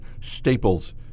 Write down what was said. Staples